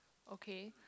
okay